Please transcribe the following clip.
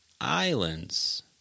Islands